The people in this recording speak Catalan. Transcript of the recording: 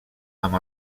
amb